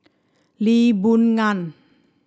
Lee Boon Ngan